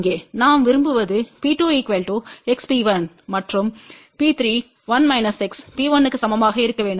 நாம் விரும்புவது P2xP1மற்றும் P3 P1க்கு சமமாக இருக்க வேண்டும்